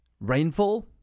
rainfall